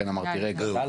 לכן אמרתי "רגע".